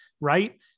right